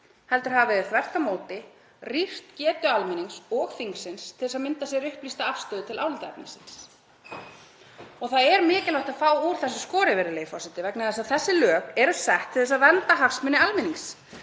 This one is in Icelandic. heldur hafi þau þvert á móti rýrt getu almennings og þingsins til að mynda sér upplýsta afstöðu til álitaefnisins. Það er mikilvægt að fá úr þessu skorið, virðulegi forseti, vegna þess að þessi lög eru sett til að vernda hagsmuni almennings.